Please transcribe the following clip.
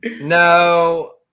No